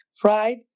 fried